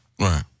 Right